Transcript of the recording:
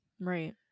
right